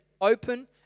open